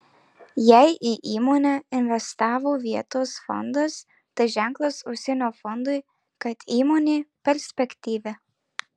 jei į įmonę investavo vietos fondas tai ženklas užsienio fondui kad įmonė perspektyvi